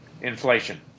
Inflation